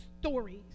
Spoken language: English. stories